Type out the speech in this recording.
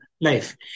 life